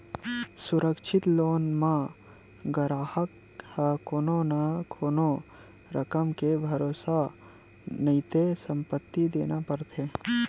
सुरक्छित लोन म गराहक ह कोनो न कोनो रकम के भरोसा नइते संपत्ति देना परथे